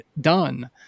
done